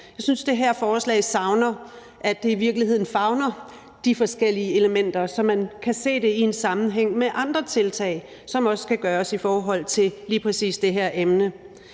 Jeg synes, det her forslag savner, at det i virkeligheden favner de forskellige elementer, så man kan se det i en sammenhæng med andre tiltag, som også skal gøres i forhold til lige præcis det her emne.